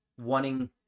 wanting